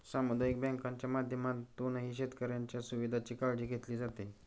सामुदायिक बँकांच्या माध्यमातूनही शेतकऱ्यांच्या सुविधांची काळजी घेतली जाते